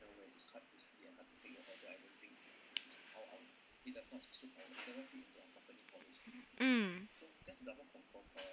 mm yes